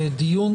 הדיון.